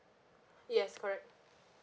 yes correct